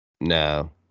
No